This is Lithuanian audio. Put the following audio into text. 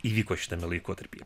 įvyko šitame laikotarpyje